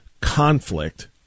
conflict